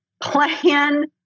plan